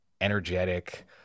energetic